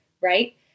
right